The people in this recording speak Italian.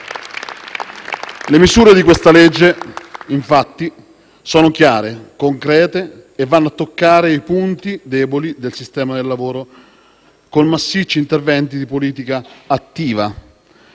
Le misure di questa legge, infatti, sono chiare, concrete e vanno a toccare i punti deboli del sistema del lavoro, con massicci interventi di politica attiva.